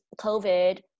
covid